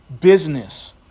business